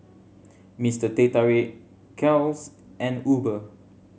Mister Teh Tarik Kiehl's and Uber